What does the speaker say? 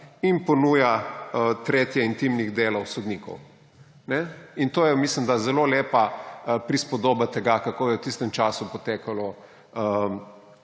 in ponuja tretje intimnih delov sodnikov. Mislim, da je to zelo lepa prispodoba tega, kako je v tistem času potekalo